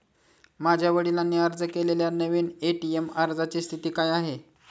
माझ्या वडिलांनी अर्ज केलेल्या नवीन ए.टी.एम अर्जाची स्थिती काय आहे?